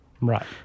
right